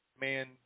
man